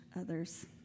others